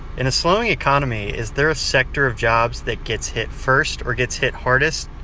in a slowing economy, is there a sector of jobs that gets hit first or gets hit hardest?